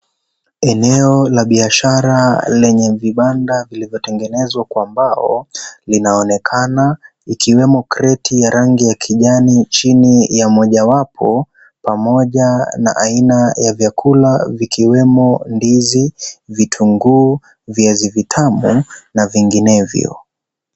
Eneo la biashara lenye vibanda vilivyotengenezwa kwa mbao, linaonekana ikiwemo kreti ya rangi ya kijani chini ya mojawapo, pamoja na aina ya vyakula, vikiwemo: ndizi, vitunguu, viazi vitamu, na vinginevyo.